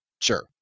Sure